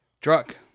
Truck